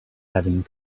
having